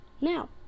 now